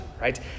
right